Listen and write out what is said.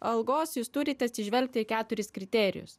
algos jūs turit atsižvelgti į keturis kriterijus